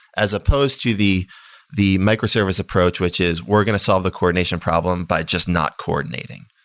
as opposed to the the micro-service approach, which is we're going to solve the coordination problem by just not coordinating,